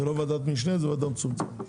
זו לא ועדת משנה, זו ועדה מצומצמת.